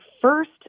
first